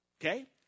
Okay